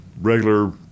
regular